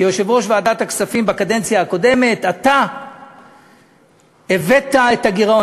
כיושב-ראש ועדת הכספים בקדנציה הקודמת: אתה הבאת את הגירעון.